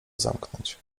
zamknąć